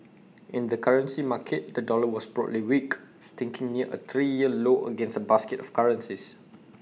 in the currency market the dollar was broadly weak sticking near A three year low against A basket of currencies